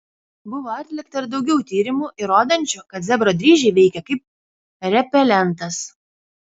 buvo atlikta ir daugiau tyrimų įrodančių kad zebro dryžiai veikia kaip repelentas